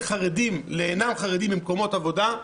חרדים לכאלה שאינם חרדים במקומות עבודה,